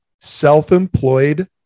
self-employed